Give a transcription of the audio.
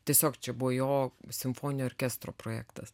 tiesiog čia buvo jo simfoninio orkestro projektas